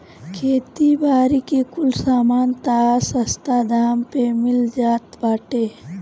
खेती बारी के कुछ सामान तअ सस्ता दाम पे मिल जात बाटे